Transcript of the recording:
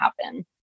happen